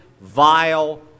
vile